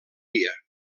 dia